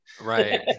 Right